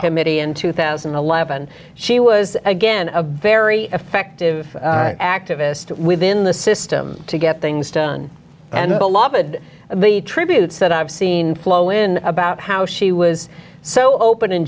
committee in two thousand and eleven she was again a very effective activist within the system to get things done and beloved and the tributes that i've seen flow in about how she was so open and